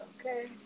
Okay